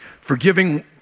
forgiving